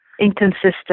inconsistent